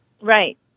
Right